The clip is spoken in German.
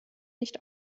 nicht